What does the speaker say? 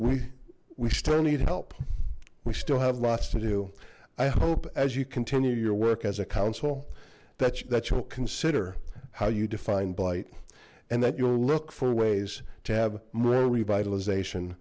we we still need help we still have lots to do i hope as you continue your work as a council that's that you'll consider how you define bite and that you'll look for ways to have more revitalization